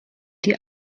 die